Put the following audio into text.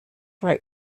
write